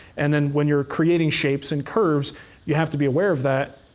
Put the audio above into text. and then when you're creating shapes and curves you have to be aware of that.